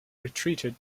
retreated